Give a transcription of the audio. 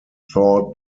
thought